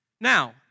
Now